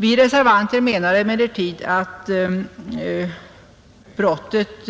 Vi reservanter anser emellertid att brottet